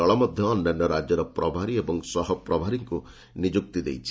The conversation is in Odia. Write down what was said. ଦଳ ମଧ୍ୟ ଅନ୍ୟାନ୍ୟ ରାଜ୍ୟର ପ୍ରଭାରୀ ଓ ସହପ୍ରଭାରୀଙ୍କୁ ନିଯୁକ୍ତି ଦେଇଛି